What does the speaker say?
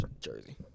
jersey